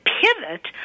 pivot